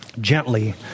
gently